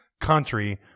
country